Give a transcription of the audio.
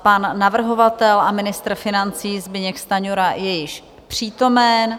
Pan navrhovatel a ministr financí Zbyněk Stanjura je již přítomen.